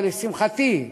ולשמחתי,